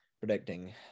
predicting